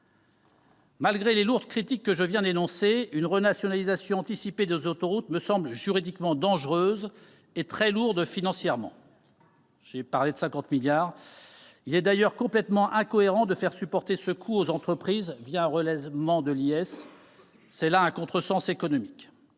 Malgré les lourdes critiques que je viens d'énoncer, une renationalisation anticipée des autoroutes me semble juridiquement dangereuse et très lourde financièrement. Il est d'ailleurs complètement incohérent de faire supporter ce coût aux entreprises un relèvement de l'impôt sur les sociétés : c'est là un contresens économique.